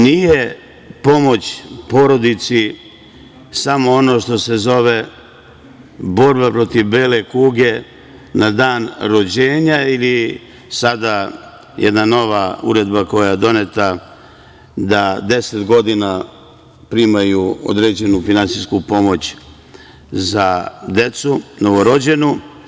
Nije pomoć porodici samo ono što se zove borba protiv bele kuge, na dan rođenja ili sada jedna nova uredba koja je doneta da 10 godina primaju određenu finansijsku pomoć za decu novorođenu.